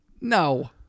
no